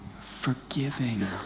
forgiving